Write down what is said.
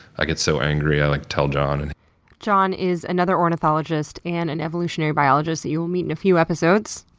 i get so angry i like tell john, and john is another ornithologist and an evolutionary biologist that you'll meet in a few episodes.